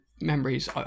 memories